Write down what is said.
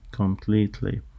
completely